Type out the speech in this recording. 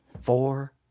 Four